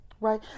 right